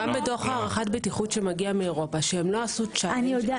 גם בדוח הערכת בטיחות שמגיע מאירופה שלא עשו צ'אלנג',